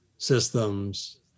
systems